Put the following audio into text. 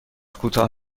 کوتاه